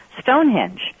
Stonehenge